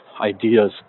ideas